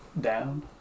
down